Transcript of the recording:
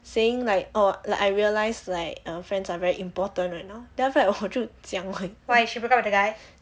saying like orh like I realised like err friends are very important right now then after that 我就讲 like